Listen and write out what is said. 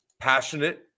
passionate